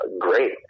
great